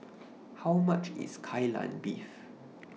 How much IS Kai Lan Beef